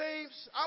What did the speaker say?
James